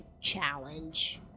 challenge